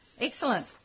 Excellent